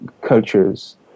cultures